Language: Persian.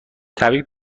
تبریک